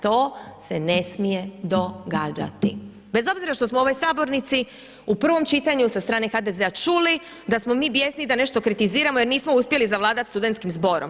To se ne smije događati bez obzira što smo u ovoj sabornici u prvom čitanju sa strane HDZ-a čuli da smo mi bijesni i da nešto kritiziramo jer nismo uspjeli zavladati studentskim zborom.